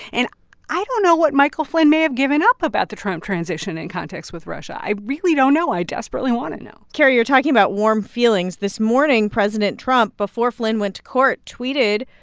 and i don't know what michael flynn may have given up about the trump transition in context with russia. i really don't know. i desperately want to know carrie, you're talking about warm feelings. this morning, president trump, before flynn went to court, tweeted,